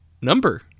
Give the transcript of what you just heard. number